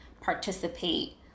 participate